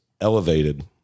elevated